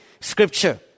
scripture